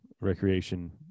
recreation